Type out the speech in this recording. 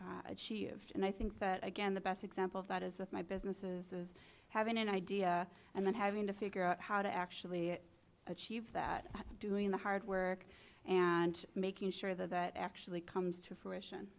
that achieve and i think that again the best example of that is with my businesses is having an idea and then having to figure out how to actually achieve that doing the hard work and making sure that actually comes to fruition